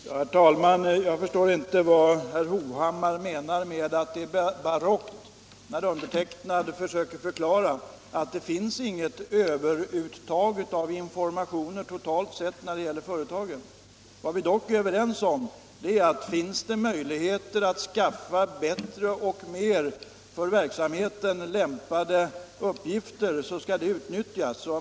Herr talman! Jag förstår inte vad herr Hovhammar menar med att det är barockt när jag försöker förklara att det inte förekommer något överuttag när det gäller informationen totalt från företagen. Vad vi dock är överens om är att om det finns möjligheter att få fram bättre och för verksamheten mer lämpade uppgifter så skall de utnyttjas.